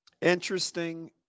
interesting